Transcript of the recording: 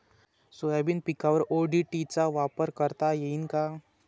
Soybean पिकावर ODT चा वापर करता येईन का?